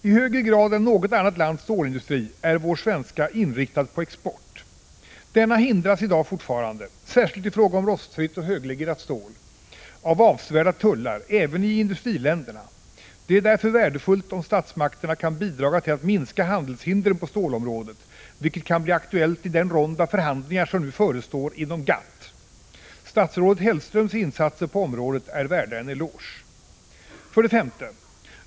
I högre grad än något annat lands stålindustri är vår svenska inriktad på export. Denna hindras i dag fortfarande — särskilt i fråga om rostfritt och höglegerat stål — av avsevärda tullar, även i industriländerna. Det är därför värdefullt om statsmakterna kan bidra till att minska handelshindren på stålområdet, vilket kan bli aktuellt i den rond av förhandlingar som nu förestår inom GATT. Statsrådet Hellströms insatser på området är värda en eloge! 5.